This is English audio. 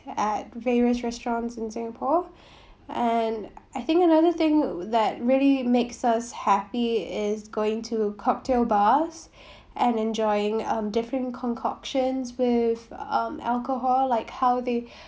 at various restaurants in singapore and I think another thing that really makes us happy is going to cocktail bars and enjoying um different concoctions with um alcohol like how they